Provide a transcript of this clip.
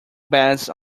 bass